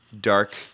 dark